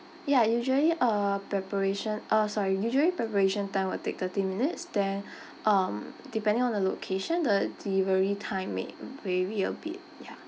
ya usually uh preparation uh sorry usually preparation time will take thirty minutes then um depending on the location the delivery time may vary a bit ya